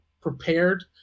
prepared